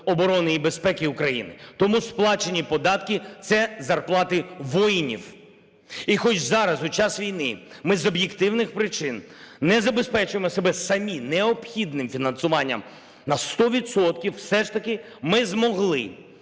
оборони і безпеки України. Тому сплачені податки – це зарплати воїнів. І хоч зараз у час війни ми з об'єктивних причин не забезпечуємо себе самі необхідним фінансуванням на сто відсотків, все ж таки ми змогли